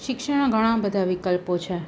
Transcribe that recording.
શિક્ષણના ઘણા બધા વિકલ્પો છે